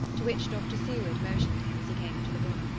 to which dr. seward motioned him as he came into the room.